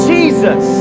Jesus